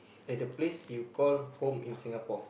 at the place you call home in Singapore